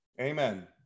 amen